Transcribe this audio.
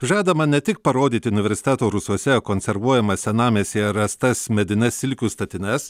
žadama ne tik parodyti universiteto rusuose konservuojamas senamiestyje rastas medines silkių statines